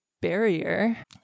barrier